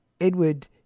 Edward